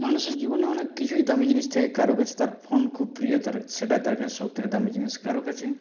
মানুষের জীবনে অনেক কিছুই দামি জিনিস থাকে কারও কাছে তার ফোন খুব প্রিয় তার সেটাই তার কাছে সবথেকে দামি জিনিস কারো কাছে